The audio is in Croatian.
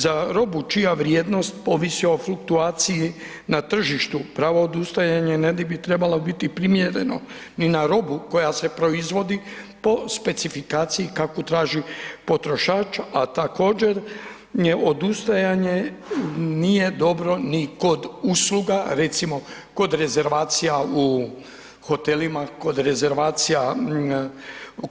Za robu čija vrijednost ovisi o fluktuaciji na tržištu pravo odustajanje ne bi trebalo biti primjereno ni na robu koja se proizvodi po specifikaciji kakvu traži potrošač, a također ne odustajanje nije dobro ni kod usluga recimo kod rezervacija u hotelima, kod rezervacija